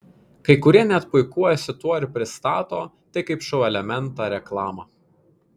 kai kurie net puikuojasi tuo ir pristato tai kaip šou elementą reklamą